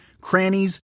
crannies